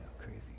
Crazy